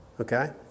Okay